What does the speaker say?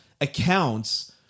accounts